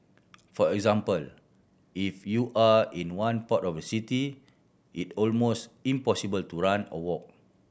for example if you are in one port of the city it almost impossible to run or walk